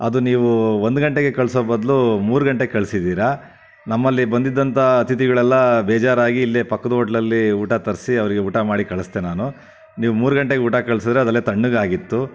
ಅದು ನೀವು ಒಂದು ಗಂಟೆಗೆ ಕಳಿಸೋ ಬದಲು ಮೂರು ಗಂಟೆಗೆ ಕಳ್ಸಿದ್ದೀರಾ ನಮ್ಮಲ್ಲಿ ಬಂದಿದ್ದಂಥ ಅತಿಥಿಗಳೆಲ್ಲ ಬೇಜಾರಾಗಿ ಇಲ್ಲೇ ಪಕ್ಕದ ಓಟ್ಲಲ್ಲಿ ಊಟ ತರಿಸಿ ಅವರಿಗೆ ಊಟ ಮಾಡಿ ಕಳಿಸ್ದೆ ನಾನು ನೀವು ಮೂರು ಗಂಟೆಗೆ ಊಟ ಕಳ್ಸಿದ್ರೆ ಅದಲ್ಲೆ ತಣ್ಣಗಾಗಿತ್ತು